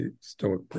stoic